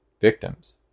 victims